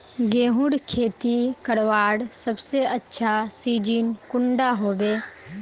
गेहूँर खेती करवार सबसे अच्छा सिजिन कुंडा होबे?